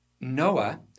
Noah